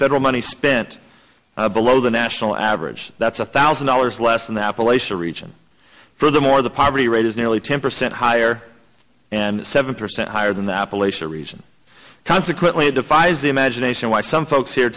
federal money spent below the national average that's one thousand dollars less in the appalachian region furthermore the poverty rate is nearly ten percent higher and seven percent higher than the appalachian region consequently it defies imagination why some folks here